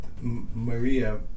Maria